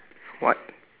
what